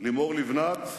לימור לבנת,